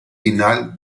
final